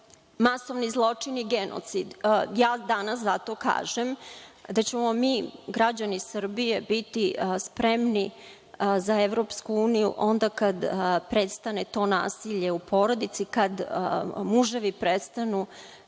masovni zločin i genocid. Zato danas kažem da ćemo mi, građani Srbije, biti spremni za EU onda kada prestane to nasilje u porodici, kada muževi prestanu